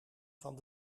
van